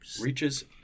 reaches